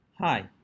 Hi